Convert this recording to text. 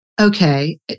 Okay